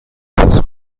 باز